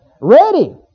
Ready